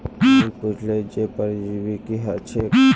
मोहित पुछले जे परजीवी की ह छेक